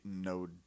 no